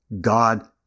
God